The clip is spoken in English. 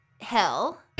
hell